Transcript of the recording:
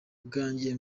bwanjye